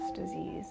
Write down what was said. disease